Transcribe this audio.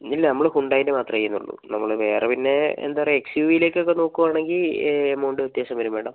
ഇല്ല നമ്മൾ ഹ്യൂണ്ടായിൻ്റെ മാത്രമേ ചെയ്യുന്നുള്ളു നമ്മൾ വേറെ പിന്നെ എന്താ പറയുക എക്സ് യൂ വിലേക്കൊക്കെ നോക്കുവാണെങ്കിൽ എമൗണ്ട് വ്യത്യാസം വരും മേഡം